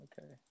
Okay